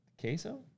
Queso